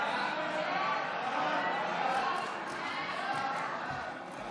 סעיפים 1 6 נתקבלו.